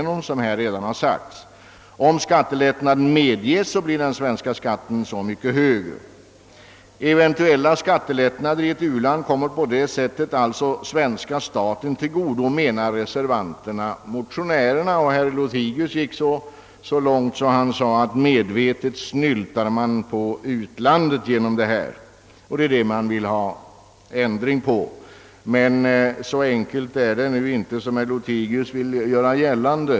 Om skattelättnad medges, blir den svenska skatten så mycket högre. Eventuella skattelättnader i ett u-land kommer på det sättet svenska staten till godo, menar motionärerna och reservanterna. Herr Lothigius gick så långt att han sade att det här medvetet snyltas på u-landet, och det är detta man vill ha ändring på. Men det är inte så enkelt som herr Lothigius vill göra gällande.